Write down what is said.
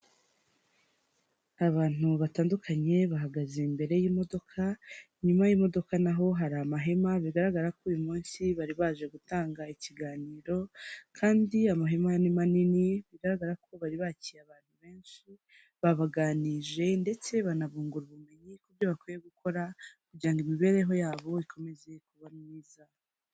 Abantu batandukanye bahagaze imbere y'imodoka, inyuma y'imodoka naho hari amahema, bigaragara ko uyu munsi bari baje gutanga ikiganiro kandi amahema ni manini bigaragara ko bari bakiriye abantu benshi, babaganirije ndetse banabungura ubumenyi ku byo bakwiriye gukora kugira ngo imibereho yabo ikomeze kuba myiza.